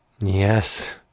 yes